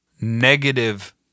negative